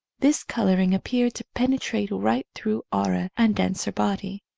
this colouring appeared to penetrate right through aura and denser body,